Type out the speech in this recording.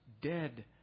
dead